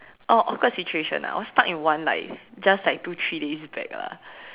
oh awkward situation ah I was stuck in one like just like two three days back lah